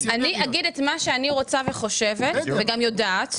אני אגיד את מה שאני רוצה וחושבת, וגם יודעת.